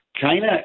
China